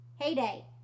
heyday